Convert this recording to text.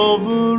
Over